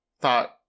thought